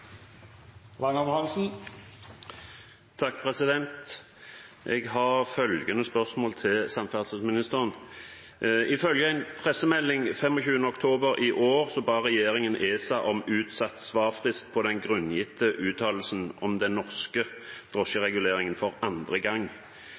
en pressemelding 25. oktober i år ba regjeringen ESA om utsatt svarfrist på den grunngitte uttalelsen om den norske